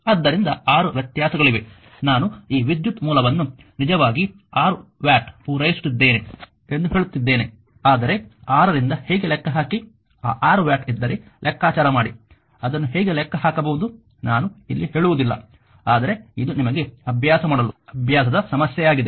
ಆದ್ದರಿಂದ 6 ವ್ಯತ್ಯಾಸಗಳಿವೆ ನಾನು ಈ ವಿದ್ಯುತ್ ಮೂಲವನ್ನು ನಿಜವಾಗಿ 6 ವ್ಯಾಟ್ ಪೂರೈಸುತ್ತಿದ್ದೇನೆ ಎಂದು ಹೇಳುತ್ತಿದ್ದೇನೆ ಆದರೆ 6 ರಿಂದ ಹೇಗೆ ಲೆಕ್ಕ ಹಾಕಿ ಆ 6 ವ್ಯಾಟ್ ಇದ್ದರೆ ಲೆಕ್ಕಾಚಾರ ಮಾಡಿ ಅದನ್ನು ಹೇಗೆ ಲೆಕ್ಕ ಹಾಕಬಹುದು ನಾನು ಇಲ್ಲಿ ಹೇಳುವುದಿಲ್ಲ ಆದರೆ ಇದು ನಿಮಗೆ ಅಭ್ಯಾಸ ಮಾಡಲು ಅಭ್ಯಾಸದ ಸಮಸ್ಯೆಯಾಗಿದೆ